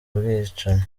ubwicanyi